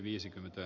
kannatan